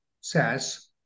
says